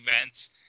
events